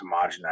homogenize